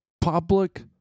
public